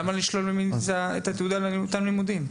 למה לשלול ממני את התעודה על אותם לימודים?